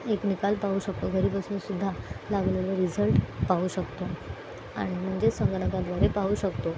एक निकाल पाहू शकतो घरी बसून सुद्धा लागलेला रिझल्ट पाहू शकतो आणि म्हणजेच संगणकाद्वारे पाहू शकतो